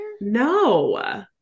no